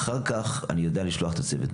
ואחר כך יודע לשלוח את הצוות.